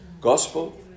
Gospel